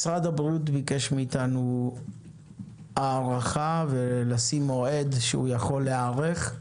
משרד הבריאות ביקש מאיתנו הארכה ולשים מועד שהוא יכול להיערך אליו.